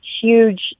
huge